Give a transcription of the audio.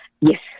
Yes